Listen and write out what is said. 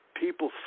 People